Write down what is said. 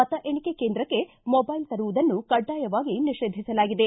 ಮತ ಎಣಿಕೆ ಕೇಂದ್ರಕ್ಷ ಮೊದೈಲ್ ತರುವುದನ್ನು ಕಡ್ವಾಯವಾಗಿ ನಿಷೇಧಿಸಲಾಗಿದೆ